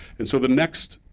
and so the next